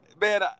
Man